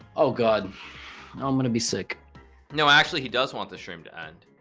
oh god i'm gonna be sick no actually he does want the stream to end